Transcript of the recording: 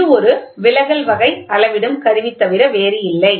இது ஒரு விலகல் வகை அளவிடும் கருவி தவிர வேறில்லை